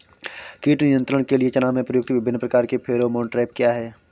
कीट नियंत्रण के लिए चना में प्रयुक्त विभिन्न प्रकार के फेरोमोन ट्रैप क्या है?